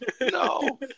No